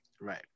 right